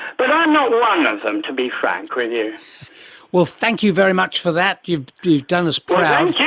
but i'm ah not one of them, to be frank with you. well, thank you very much for that, you've you've done us proud. yeah